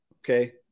Okay